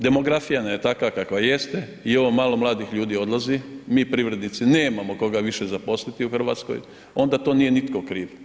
Demografija nam je takva kakva jeste i ovo malo mladih ljudi odlazi, mi privrednici nemamo koga više zaposliti u Hrvatskoj, onda to nije nitko kriv.